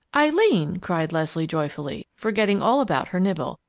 eileen! cried leslie, joyfully, forgetting all about her nibble.